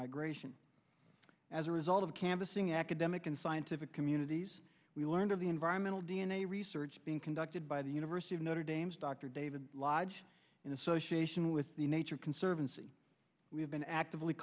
migration as a result of canvassing academic and scientific communities we learned of the environmental d n a research being conducted by the university of notre dame's dr david lodge in association with the nature conservancy we have been actively